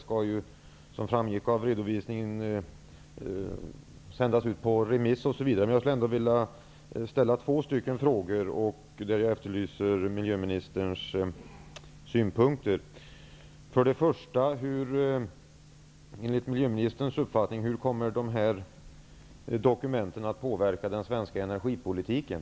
Som framgick av min redovisning skall ju handlingar sändas ut på remiss osv. Jag skulle ändå vilja ställa två frågor om områden där jag efterlyser miljöministerns synpunkter: Först och främst: Hur kommer de här dokumenten enligt miljöministerns uppfattning att påverka den svenska energipolitiken?